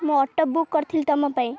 ମୁଁ auto book କରିଥିଲି ତମ ପାଇଁ